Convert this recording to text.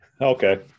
Okay